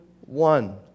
one